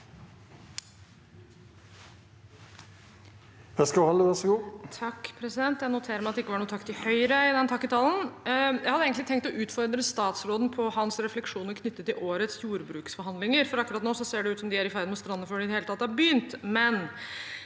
(H) Jeg noterer meg at det ikke var noen takk til Høyre i den takketalen. Jeg hadde egentlig tenkt å utfordre statsråden på hans refleksjoner knyttet til årets jordbruksforhandlinger – for akkurat nå ser det ut som om de er i ferd med å strande før de i hele tatt har begynt